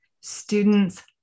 students